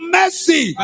mercy